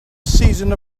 season